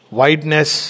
wideness